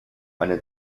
eine